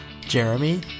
Jeremy